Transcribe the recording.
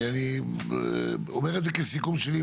אני אומר את זה כסיכום שלי,